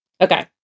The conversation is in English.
Okay